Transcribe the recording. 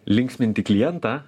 linksminti klientą